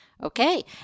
Okay